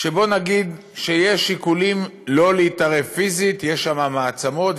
שיש שיקולים שלא להתערב פיזית: יש שם מעצמות,